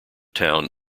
town